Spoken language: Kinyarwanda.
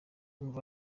umva